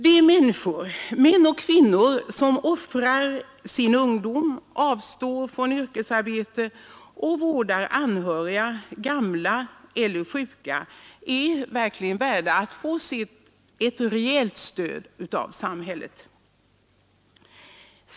De människor — män och kvinnor — som offrar sin ungdom, avstår från yrkesarbete och vårdar anhöriga, gamla eller sjuka är verkligen värda att få ett rejält stöd av samhället.